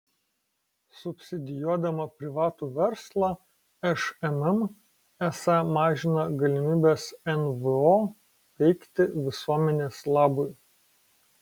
subsidijuodama privatų verslą šmm esą mažina galimybes nvo veikti visuomenės labui